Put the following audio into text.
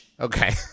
Okay